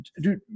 Dude